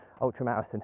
ultramarathon